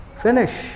Finish